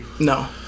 No